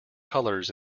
colours